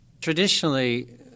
Traditionally